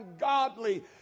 godly